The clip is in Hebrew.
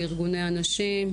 לארגוני הנשים,